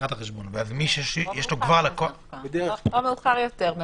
או מאוחר יותר.